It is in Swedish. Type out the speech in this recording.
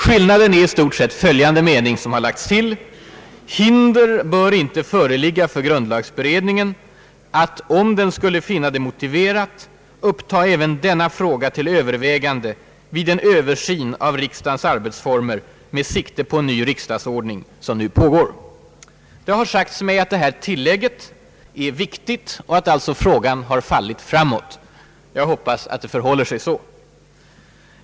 Skillnaden är i stort sett följande mening som har lagts till: »Hinder bör emellertid inte föreligga för grundlagberedningen att, om den skulle finna det motiverat, uppta även denna fråga till övervägande vid den översyn av riksdagens arbetsformer med sikte på en ny riksdagsordning som nu pågår.» Det har sagts mig att detta tillägg är viktigt och att alltså frågan har fallit framåt. Jag hoppas att det förhåller sig så.